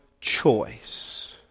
choice